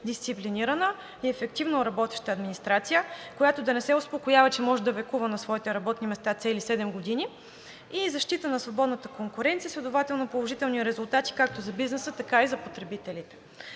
дисциплинирана и ефективно работеща администрация, която да не се успокоява, че може да векува на своите работни места цели седем години, и защита на свободната конкуренция, следователно положителни резултати както за бизнеса, така и за потребителите.